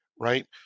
right